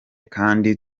kandi